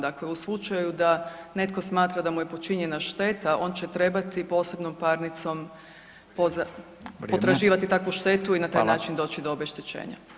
Dakle, u slučaju da netko smatra da mu je počinjena šteta on će trebati posebnom parnicom potraživati takvu [[Upadica: Vrijeme.]] štetu i na taj način doći do obeštećenja.